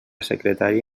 secretària